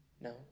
No